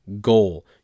goal